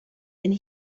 and